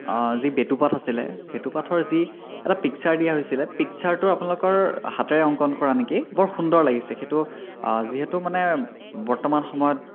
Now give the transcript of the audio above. যি বেটুপাত আছিলে বেটুপাতৰ যি এটা পিক্চৰ দিয়া হৈছিলে পিক্চাৰটো আপোনালোকৰ হাতেৰে অংকন কৰা নেকি বৰ সুন্দৰ লাগিছে সেইটো যিহেতু মানে বৰ্তমান সময়ত